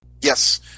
Yes